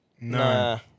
No